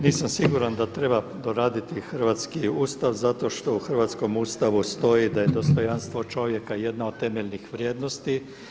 Nisam siguran da treba doraditi hrvatski Ustav zato što u hrvatskom Ustavu stoji da je dostojanstvo čovjeka jedna od temeljnih vrijednosti.